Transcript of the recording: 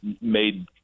made